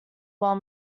while